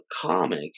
comic